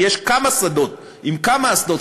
כי יש כמה שדות עם כמה אסדות,